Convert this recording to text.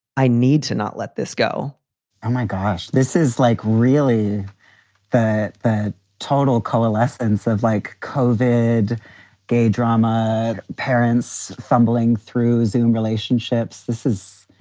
i need to not let this go oh, my gosh. this is like really that. that total coalescence of like cosied gay drama, parents fumbling through zoome relationships. this is.